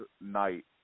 night